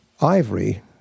ivory